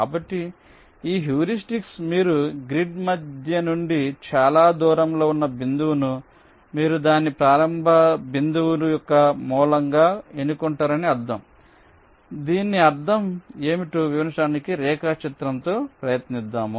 కాబట్టి ఈ హ్యూరిస్టిక్ మీరు గ్రిడ్ మధ్య నుండి చాలా దూరంలో ఉన్న బిందువును మీరు దానిని ప్రారంభ బిందువు యొక్క మూలంగా ఎన్నుకుంటారని అర్థం దీని అర్థం ఏమిటో వివరించడానికి రేఖాచిత్రంతో ప్రయత్నిస్తాను